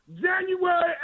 January